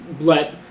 let